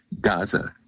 Gaza